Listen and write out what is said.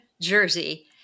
jersey